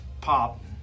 pop